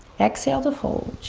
exhale to fold.